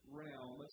realm